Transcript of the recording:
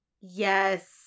Yes